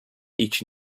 each